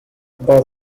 both